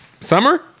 summer